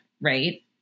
right